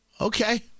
okay